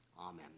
Amen